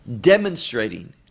demonstrating